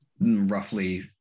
roughly